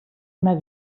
immer